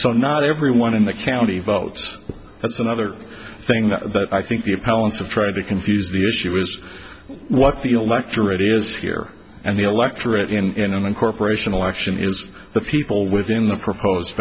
so not everyone in the county votes that's another thing that i think the appellant's of trying to confuse the issue is what the electorate is here and the electorate in incorporation election is the people within the proposed